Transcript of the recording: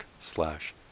slash